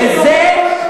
וזה,